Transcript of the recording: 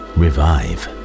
revive